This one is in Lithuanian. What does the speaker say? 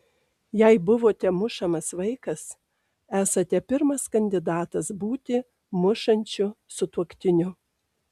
jei buvote mušamas vaikas esate pirmas kandidatas būti mušančiu sutuoktiniu